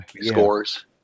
scores